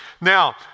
Now